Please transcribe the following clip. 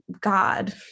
God